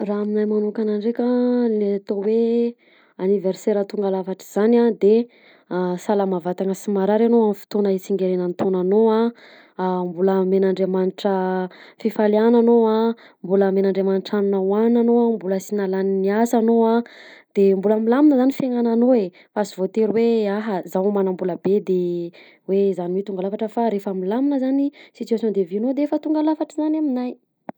Raha aminah manokana nndreka ny atao hoe aniversera tonga lafatra zany a de salama vatana sy marary anao amin'ny fotona itsingerenan'ny taonanao a, a mbola momen'Andriamanitra fifaliàna anao a, mbola momen'andriamanitra hanina hoanina anao a,mbola sy nalany niasa anao a, de mbola milamina zany fiainananao e fa sy voatery hoe aha zaho manambola be de hoe zany mi tonga lafatra fa refa milamina zany situation de vienao defa tonga lavatra zany aminahy.